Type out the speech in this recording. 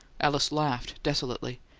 alice laughed desolately.